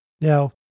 Now